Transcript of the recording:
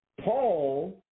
Paul